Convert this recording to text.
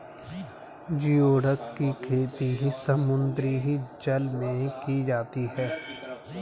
geoduck की खेती समुद्री जल में की जाती है